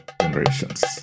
generations